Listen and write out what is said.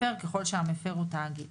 כשרות, תאגיד